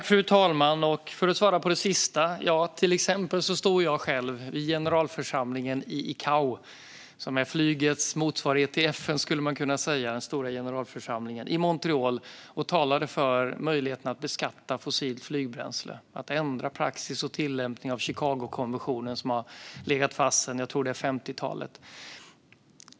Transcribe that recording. Fru talman! För att svara på det sista: Till exempel stod jag själv i generalförsamlingen i ICAO, som man skulle kunna kalla flygets motsvarighet till FN, i Montreal och talade för möjligheten att beskatta fossilt flygbränsle och att ändra praxis och tillämpning av Chicagokonventionen, som har legat fast sedan 50-talet, tror jag.